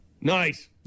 Nice